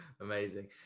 amazing